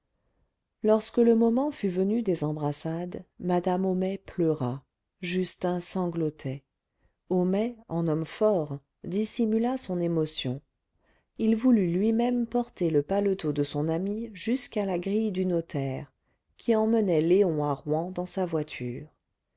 lorsque le moment fut venu des embrassades madame homais pleura justin sanglotait homais en homme fort dissimula son émotion il voulut lui-même porter le paletot de son ami jusqu'à la grille du notaire qui emmenait léon à rouen dans sa voiture